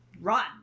run